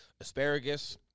asparagus